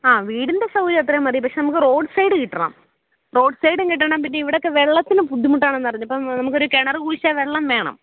ആ വീടിൻ്റെ സൗകര്യം അത്രയും മതി പക്ഷെ നമുക്ക് റോഡ് സൈഡ് കിട്ടണം റോഡ് സൈഡ് കിട്ടണം പിന്നിവിടൊക്കെ വെള്ളത്തിന് ബുദ്ധിമുട്ടാണെന്നറിഞ്ഞ് അപ്പം നമുക്കൊരു കിണർ കുഴിച്ചാൽ വെള്ളം വേണം